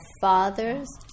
father's